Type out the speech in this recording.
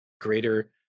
greater